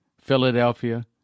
Philadelphia